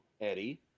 Eddie